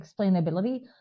explainability